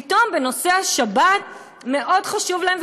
פתאום בנושא השבת מאוד חשוב להם,